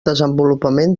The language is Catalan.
desenvolupament